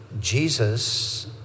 Jesus